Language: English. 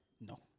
No